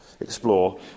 explore